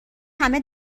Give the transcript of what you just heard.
همه